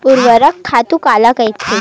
ऊर्वरक खातु काला कहिथे?